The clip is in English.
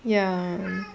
ya